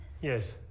yes